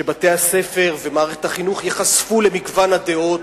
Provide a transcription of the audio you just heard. שבתי-הספר ומערכת החינוך ייחשפו למגוון הדעות.